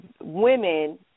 women –